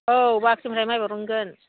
औ बाख्रिनिफ्राय माइ बरनगोन